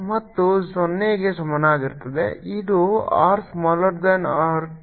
ಮತ್ತು 0 ಗೆ ಸಮಾನವಾಗಿರುತ್ತದೆ ಇದು r smaller than capital R